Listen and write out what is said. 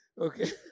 Okay